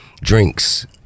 drinks